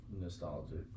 nostalgic